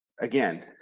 Again